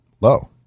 low